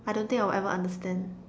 I don't think I will ever understand